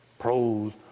pros